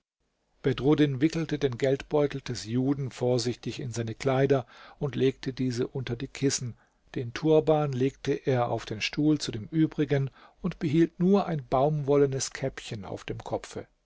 bedruddin wickelte den geldbeutel des juden vorsichtig in seine kleider und legte diese unter die kissen den turban legte er auf den stuhl zu dem übrigen und behielt nur ein baumwollenes käppchen auf dem kopfe